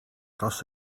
dros